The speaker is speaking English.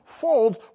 fold